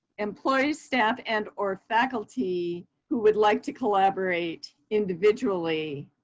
employees, staff, and or faculty who would like to collaborate individually.